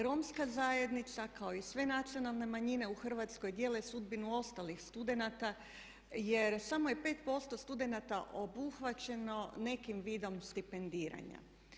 Romska zajednica kao i sve nacionalne manjine u Hrvatskoj dijele sudbinu ostalih studenata, jer samo je 5% studenata obuhvaćeno nekim vidom stipendiranja.